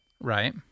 Right